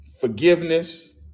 forgiveness